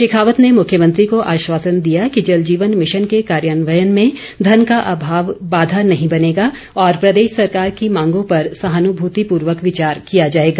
शेखावत ने मुख्यमंत्री को आश्वासन दिया कि जलजीवन मिशन के कार्यान्वयन में धन का अभाव बाधा नहीं बनेगा और प्रदेश सरकार की मांगों पर सहान्मृतिपूर्वक विचार किया जाएगा